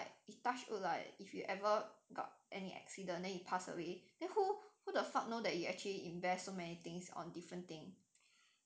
or like or like a touch wood like if you ever got any accident then you pass away then who who the fuck you know that you actually invest so many things on different thing